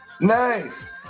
Nice